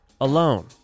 alone